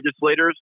legislators